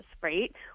right